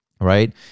right